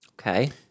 Okay